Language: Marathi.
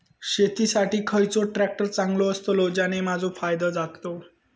शेती साठी खयचो ट्रॅक्टर चांगलो अस्तलो ज्याने माजो फायदो जातलो?